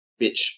Bitch